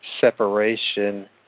separation